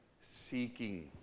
seeking